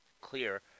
clear